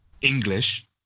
English